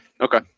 Okay